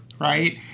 right